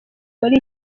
muri